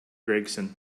gregson